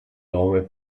nome